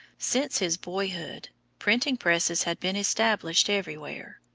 since his boyhood printing-presses had been established everywhere.